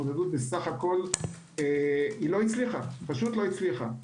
ההתמודדות הזאת לא הצליחה לדעתי.